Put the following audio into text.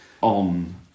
on